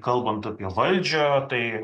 kalbant apie valdžią tai